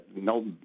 no